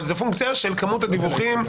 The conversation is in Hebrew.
אבל זו פונקציה של כמות הדיווחים.